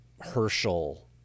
Herschel